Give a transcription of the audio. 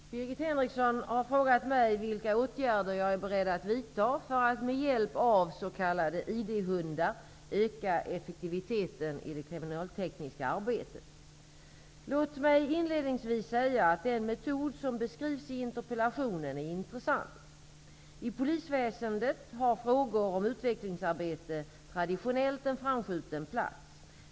Herr talman! Birgit Henriksson har frågat mig vilka åtgärder jag är beredd att vidta för att med hjälp av s.k. ID-hundar öka effektiviteten i det kriminaltekniska arbetet. Låt mig inledningsvis säga att den metod som beskrivs i interpellationen är intressant. I polisväsendet har frågor om utvecklingsarbete traditionellt en framskjuten plats.